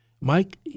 Mike